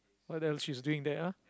what else she's doing there